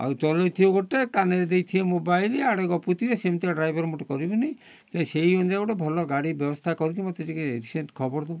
ଆଉ ଚଲାଉଥିବେ ଗୋଟେ କାନରେ ଦେଇଥିବେ ମୋବାଇଲ୍ ଆଡ଼େ ଗପୁଥିବେ ସେମିତିକା ଡ୍ରାଇଭର୍ ମୋଟେ କରିବୁନି ସେହି ଅନୁଯାୟୀ ଗୋଟେ ଭଲ ଗାଡ଼ି ବ୍ୟବସ୍ଥା କରିକି ମୋତେ ଟିକେ ରିସେଣ୍ଟ୍ ଖବର ଦେବୁ